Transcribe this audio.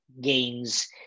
gains